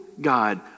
God